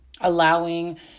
allowing